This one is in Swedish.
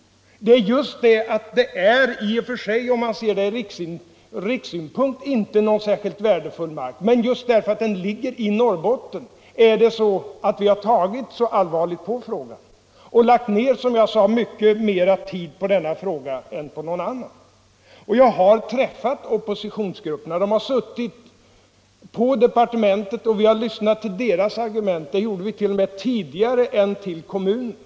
Om man ser detta ur rikssynpunkt är det inte någon särskilt värdefull mark, men just därför att den ligger i Norrbotten har vi tagit så allvarligt på frågan och lagt ned mycket mer tid på den än på någon annan fråga. Jag har träffat oppositionsgrupperna. De har varit uppe på departementet, och vi har lyssnat till deras argument. Det gjorde vit.o.m. tidigare än vi resonerade med kommunen.